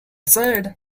said